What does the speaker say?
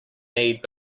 need